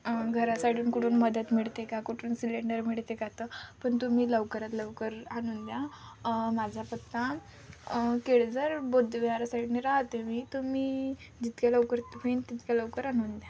घरासाईडून कुठून मदत मिळते का कुठून सिलेंडर मिळते का तर पण तुम्ही लवकरात लवकर आणून द्या माझा पत्ता केडेजर बौद्धविहार साईडने राहते मी तुम्ही जितके लवकर तुम्ही तितक्या लवकर आणून द्या